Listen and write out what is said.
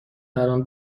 برام